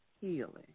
healing